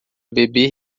beber